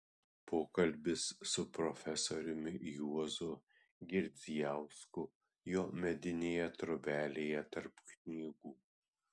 pokalbis su profesoriumi juozu girdzijausku jo medinėje trobelėje tarp knygų